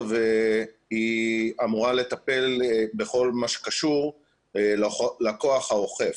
והיא אמורה לטפל בכל מה שקשור לכוח האוכף.